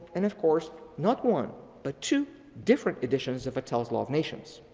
and of course, not one but two different editions of vattel's law of nations.